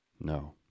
No